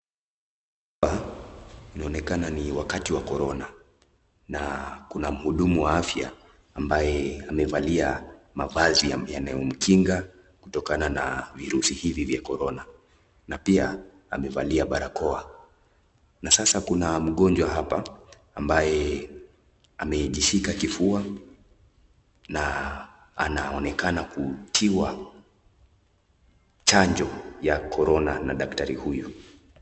Inaonekana ni wakati wa Corona , na kuna muhudumu wa afya ambaye amevalia mavazi yanayo mkinga kutokana na virusi hivi vya Corona , na pia amevalia barakoa na sasa kuna mgonjwa hapa ambaye amejishika kifua na anaonekana kutiwa chanjo ya Corona na daktari huyu.